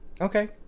okay